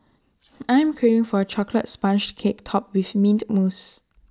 I am craving for A Chocolate Sponge Cake Topped with Mint Mousse